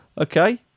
Okay